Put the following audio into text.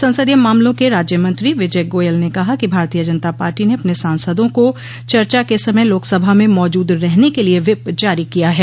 संसदीय मामलों के राज्यमंत्री विजय गोयल ने कहा कि भारतीय जनता पार्टी ने अपने सांसदों को चर्चा को समय लोकसभा में मौजूद रहने के लिए व्हिप जारी किया है